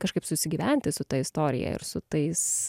kažkaip susigyventi su ta istorija ir su tais